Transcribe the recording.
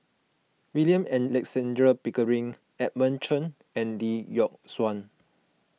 William Alexander Pickering Edmund Chen and Lee Yock Suan